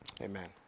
amen